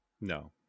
No